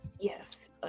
yes